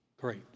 Great